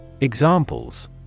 Examples